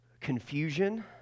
confusion